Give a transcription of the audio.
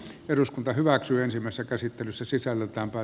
eduskunta hyväksyi ensimmäisen käsittelyssä sisällökkäämpää